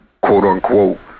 quote-unquote